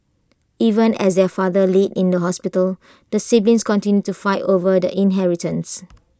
even as their father laid in the hospital the siblings continued to fight over the inheritance